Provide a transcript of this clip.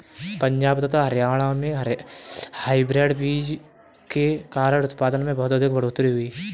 पंजाब तथा हरियाणा में हाइब्रिड बीजों के कारण उत्पादन में बहुत अधिक बढ़ोतरी हुई